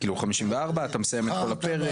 כאילו 54, אתה מסיים את כל הפרק.